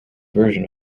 version